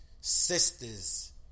sisters